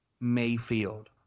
Mayfield